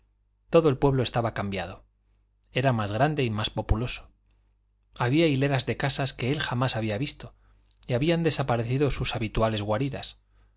todo el pueblo estaba cambiado era más grande y más populoso había hileras de casas que él jamás había visto y habían desaparecido sus habituales guaridas